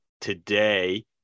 today